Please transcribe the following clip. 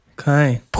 Okay